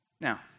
Now